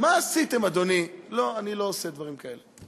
מה עשיתם, אדוני, לא, אני לא עושה דברים כאלה.